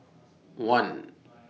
one